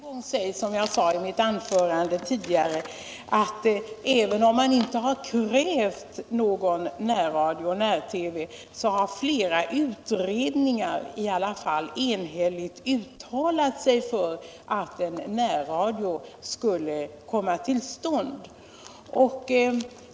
Herr talman! Till Gunnar Olsson vill jag ännu en gång säga som jag sade i mitt tidigare anförande, att även om man inte har krävt någon närradio och när-TV så har flera utredningar i alla fall enhälligt uttalat sig för att en närradio borde komma till stånd.